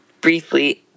briefly